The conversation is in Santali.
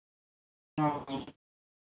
ᱦᱳᱭ